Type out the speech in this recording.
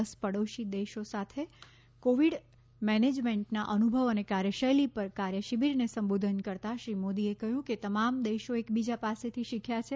દસ પડોશી દેશો સાથે કોવીડ મેનેજમેન્ટના અનુભવ અને કાર્યશૈલી પર કાર્યશિબિરને સંબોધન કરતાં શ્રી મોદીએ કહ્યું કે તમામ દેશો એકબીજા પાસેથી શીખ્યા છે